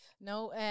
No